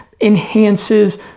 enhances